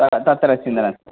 त तत्र चिन्ता नास्ति